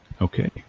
Okay